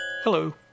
Hello